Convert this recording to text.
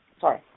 Sorry